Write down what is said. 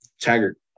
Taggart